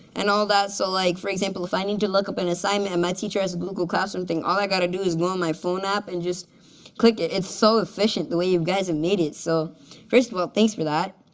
and all that. so like for example, if i need to look up an assignment and my teacher has a google classroom thing, all i got to do is go on my phone app and just click it. it's so efficient the way you guys have and made it. so first of all, thanks for that.